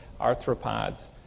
arthropods